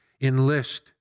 enlist